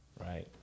right